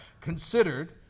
considered